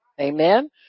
Amen